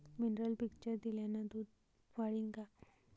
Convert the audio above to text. Mineral mixture दिल्यानं दूध वाढीनं का?